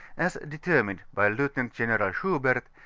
as determiiied by lieutenant general schubert,